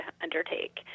undertake